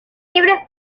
libres